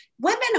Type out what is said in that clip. women